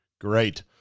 Great